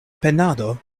penado